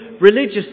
religious